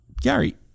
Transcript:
Gary